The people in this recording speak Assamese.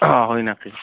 অ' হয় নেকি